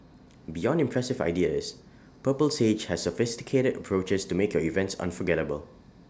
beyond impressive ideas purple sage has sophisticated approaches to make your events unforgettable